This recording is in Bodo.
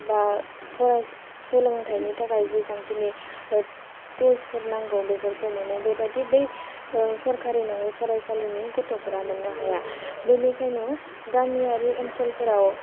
बा सोलोंथाइनि थाखाय जेसांखिनि टुल्सफोर नांगौ बेफोरखौ मोनो बेबायदि बै सरखारि नङि फरायसालिनि गथ'फ्रा मोननो हाया बेनिखायनो गामियारि ओनसोलफोराव